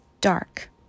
dark